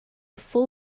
full